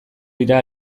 dira